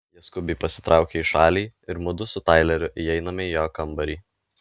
jie skubiai pasitraukia į šalį ir mudu su taileriu įeiname į jo kambarį